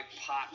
pot